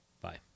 bye